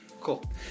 Cool